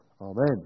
Amen